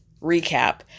recap